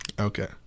okay